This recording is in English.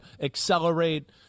accelerate –